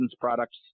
products